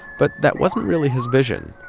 but that wasn't really his vision.